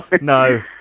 No